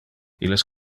illes